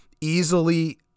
easily